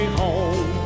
home